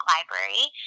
Library